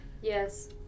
Yes